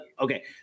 Okay